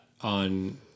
on